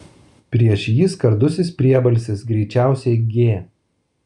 prieš jį skardusis priebalsis greičiausiai g